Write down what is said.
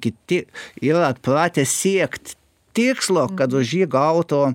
kiti yra atpratę siekt tikslo kad už jį gautų